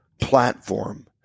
platform